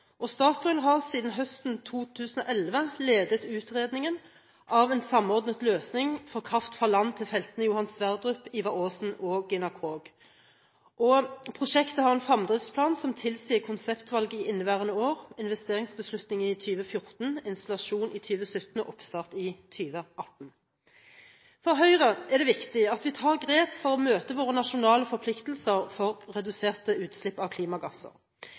og Statoil har siden høsten 2011 ledet utredningen av en samordnet løsning for kraft fra land til feltene Johan Sverdrup, Ivar Aasen og Gina Krog. Prosjektet har en fremdriftsplan som tilsier konseptvalg i inneværende år, investeringsbeslutning i 2014, installasjon i 2017 og oppstart i 2018. For Høyre er det viktig at vi tar grep for å møte våre nasjonale forpliktelser for reduserte utslipp av klimagasser.